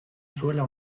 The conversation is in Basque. zuela